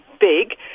big